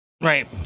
Right